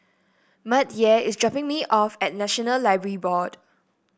Mattye is dropping me off at National Library Board